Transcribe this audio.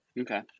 Okay